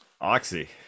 Oxy